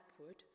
upward